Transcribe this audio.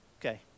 Okay